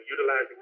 utilizing